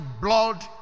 blood